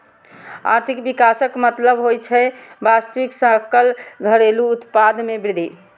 आर्थिक विकासक मतलब होइ छै वास्तविक सकल घरेलू उत्पाद मे वृद्धि